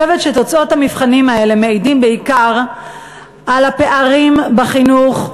אני חושבת שתוצאות המבחנים האלה מעידות בעיקר על הפערים בחינוך,